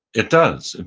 it does.